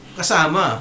kasama